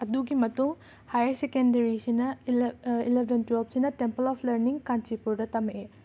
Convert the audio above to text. ꯑꯗꯨꯒꯤ ꯃꯇꯨꯡ ꯍꯥꯌꯔ ꯁꯦꯀꯦꯟꯗꯔꯤꯁꯤꯅ ꯏꯂ ꯏꯂꯕꯦꯟ ꯇꯨꯌꯦꯜꯞꯁꯤꯅ ꯇꯦꯝꯄꯜ ꯑꯣꯐ ꯂꯔꯅꯤꯡ ꯀꯥꯟꯆꯤꯄꯨꯔꯗ ꯇꯝꯃꯛꯑꯦ